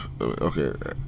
Okay